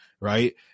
right